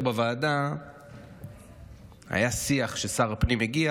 בוועדה היה שיח כששר הפנים הגיע,